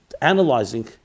analyzing